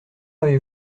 avez